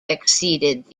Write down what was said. exceeded